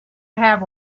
have